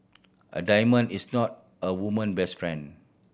a diamond is not a woman best friend